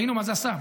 ראינו מה זה עשה.